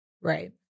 right